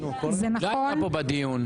היא לא הייתה פה בדיון.